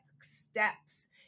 steps